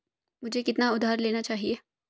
मुझे कितना उधार लेना चाहिए?